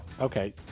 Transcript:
Okay